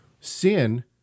sin